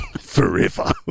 Forever